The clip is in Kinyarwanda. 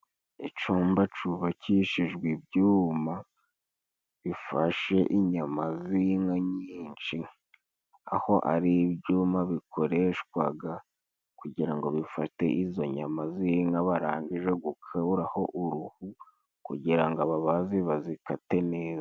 Icumba cubakishijwe ibyuma bifashe inyama z'inka nyinshi, aho ari ibyuma bikoreshwaga kugira ngo bifate izo nyama z'inka barangije gukuraho uruhu, kugira ngo ababazi bazikate neza.